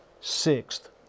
SIXTH